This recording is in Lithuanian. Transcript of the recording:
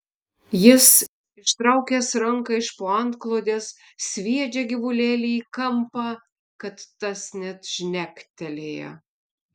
jis ištraukęs ranką iš po antklodės sviedžia gyvulėlį į kampą kad tas net žnektelėja